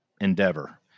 endeavor